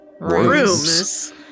rooms